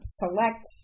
select